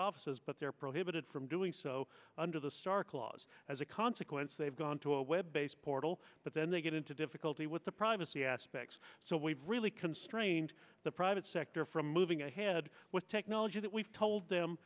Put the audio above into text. offices but they are prohibited from doing so under the star clause as a consequence they've gone to a web based portal but then they get into difficulty with the privacy aspects so we've really constrained the private sector from moving ahead with technology that we've told them